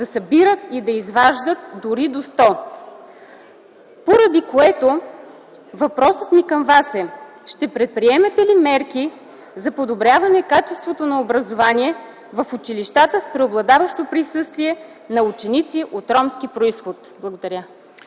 да събират и да изваждат дори до 100, поради което въпросът ми към Вас е: ще предприемете ли мерки за подобряване качеството на образование в училищата с преобладаващо присъствие на ученици от ромски произход? Благодаря.